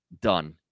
done